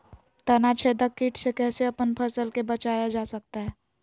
तनाछेदक किट से कैसे अपन फसल के बचाया जा सकता हैं?